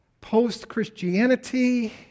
Post-Christianity